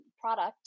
product